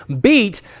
beat